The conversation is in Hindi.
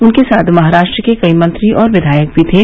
उनके साथ महाराष्ट्र के कई मंत्री और विधायक भी थे